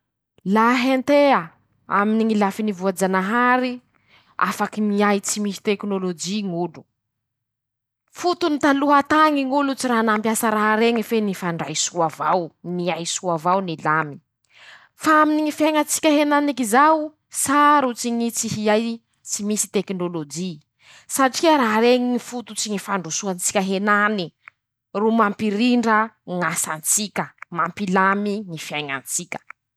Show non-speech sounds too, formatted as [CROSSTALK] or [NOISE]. Laha hentea aminy ñy lafiny voajanahary, [SHUSHES] afaky miay tsy misy teknôlôjy ñ'olo; [SHUSHES] fotony: -Taloha tañy ñ'olo tsy [SHUSHES] raha nampiasa raha reñy [SHUSHES] fe nifandray soa avao, [SHUSHES] nilamy [SHUSHES] ;fa aminy ñy fiaiñatsika henaniky zao [SHUSHES] [SHUSHES] sarotsy ñy tsy hiay [SHUSHES] tsy misy tekinôlôjy ,satria raha reñy fototsy ñy fandrosoan-tsika henany [SHUSHES] ro mampirindra ñ'asan-tsika [SHUSHES] mampilamy ñy fiaiñan-tsika.